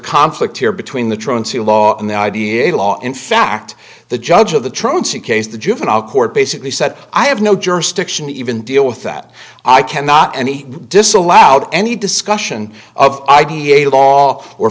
conflict here between the truancy law and the idea of law in fact the judge of the truancy case the juvenile court basically said i have no jurisdiction even deal with that i cannot and he disallowed any discussion of i be a law or